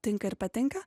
tinka ir patinka